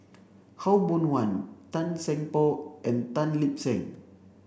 Khaw Boon Wan Tan Seng Poh and Tan Lip Seng